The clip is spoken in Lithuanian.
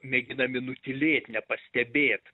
mėginami nutylėt nepastebėt